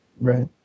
Right